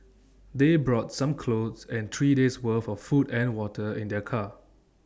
they brought some clothes and three days' worth of food and water in their car